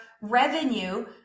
revenue